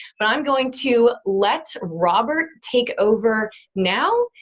but i'm going to let robert take over now.